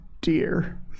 dear